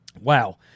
Wow